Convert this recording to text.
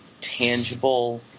tangible